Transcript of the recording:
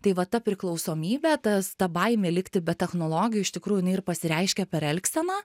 tai va ta priklausomybė tas ta baimė likti be technologijų iš tikrųjų jinai ir pasireiškia per elgseną